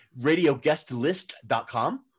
RadioGuestList.com